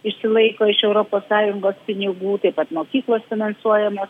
išsilaiko iš europos sąjungos pinigų taip pat mokyklos finansuojamos